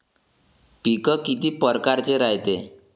पिकं किती परकारचे रायते?